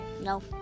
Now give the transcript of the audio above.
No